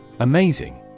Amazing